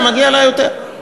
ומגיע לה יותר,